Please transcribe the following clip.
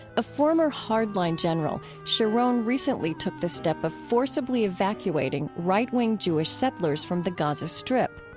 a former hard-line general, sharon recently took the step of forcibly evacuating right-wing jewish settlers from the gaza strip.